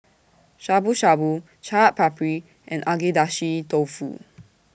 Shabu Shabu Chaat Papri and Agedashi Dofu